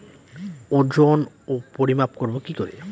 ওজন ও পরিমাপ করব কি করে?